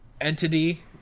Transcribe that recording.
Entity